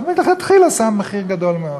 אז מלכתחילה שם הצעת מחיר גבוהה מאוד.